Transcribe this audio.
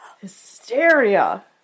Hysteria